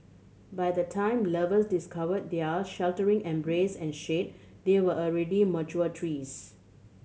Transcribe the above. by the time lovers discovered their sheltering embrace and shade they were already mature trees